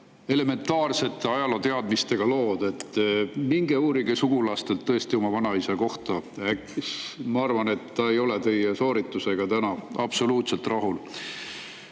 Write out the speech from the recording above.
elementaarsete ajalooteadmistega lood. Minge uurige sugulastelt oma vanaisa kohta. Ma arvan, et ta ei oleks teie sooritusega täna absoluutselt rahul. Aga